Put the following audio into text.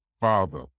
father